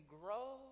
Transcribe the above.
grow